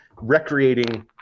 recreating